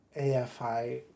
AFI